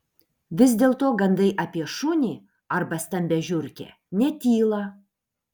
vis dėlto gandai apie šunį arba stambią žiurkę netyla